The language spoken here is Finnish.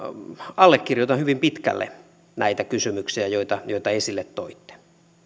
allekirjoitan hyvin pitkälle näitä kysymyksiä joita joita esille toitte